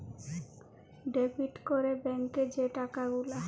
debit ক্যরে ব্যাংকে যে টাকা গুলা